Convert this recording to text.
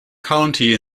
county